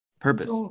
purpose